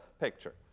picture